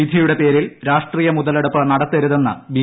വിധ്ചിയുടെ പേരിൽ രാഷ്ട്രീയ മുതലെടുപ്പ് നിടത്ത്രുതെന്ന് ബി